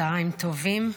צוהריים טובים.